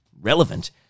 relevant